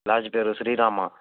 LADS పేరు శ్రీరామా